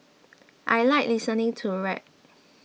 I like listening to rap